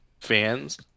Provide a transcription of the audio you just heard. fans